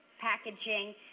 packaging